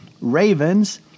Ravens